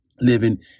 living